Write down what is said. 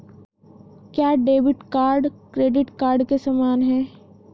क्या debit card credit card के समान है?